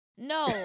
No